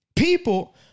People